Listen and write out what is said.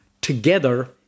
together